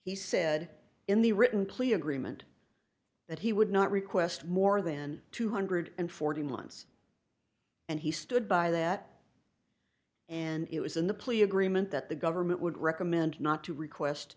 he said in the written plea agreement that he would not request more than two hundred and forty months and he stood by that and it was in the plea agreement that the government would recommend not to request